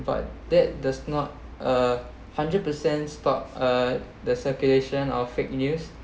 but that does not uh hundred percent stop uh the circulation of fake news